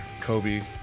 Kobe